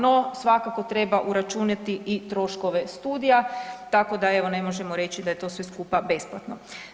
No svakako treba uračunati troškove studija, tako da evo ne možemo reći da je to sve skupa besplatno.